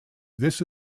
this